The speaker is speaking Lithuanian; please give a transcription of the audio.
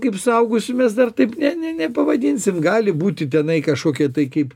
kaip saugusių mes dar taip ne ne nepavadinsim gali būti tenai kažkokie tai kaip